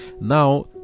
Now